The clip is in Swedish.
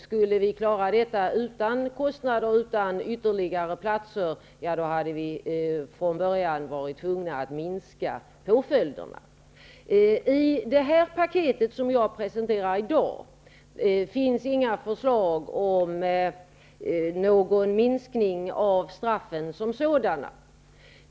Skulle vi klara detta utan kostnader och utan ytterligare platser hade vi från början varit tvungna att minska påföljderna. I det paket som jag i dag presenterar finns inga förslag om en minskning av straffen som sådana.